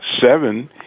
seven